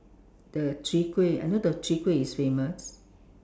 the chwee-kueh I know the chwee-kueh is famous